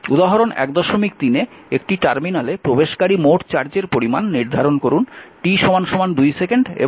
উদাহরণ 13 তে একটি টার্মিনালে প্রবেশকারী মোট চার্জের পরিমান নির্ধারণ করুন t 2 সেকেন্ড এবং t 4 সেকেন্ডের মধ্যে